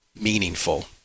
meaningful